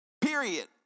period